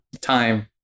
time